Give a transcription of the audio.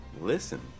listen